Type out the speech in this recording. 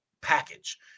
package